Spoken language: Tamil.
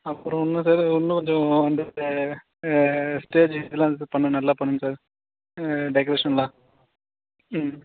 அப்புறம் ஒன்று சார் இன்னும் கொஞ்சம் வந்து ஸ்டேஜ் இதெல்லாம் இது பண்ணு நல்லா பண்ணும் சார் டெக்ரேஷன்லாம் ம்